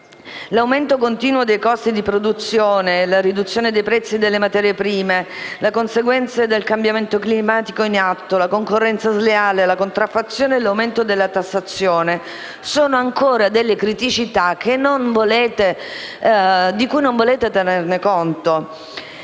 L'aumento continuo dei costi di produzione, la riduzione dei prezzi delle materie prime, le conseguenze del cambiamento climatico in atto, la concorrenza sleale, la contraffazione e l'aumento della tassazione sono ancora criticità di cui non volete tenere conto.